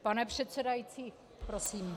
Pane předsedající, prosím!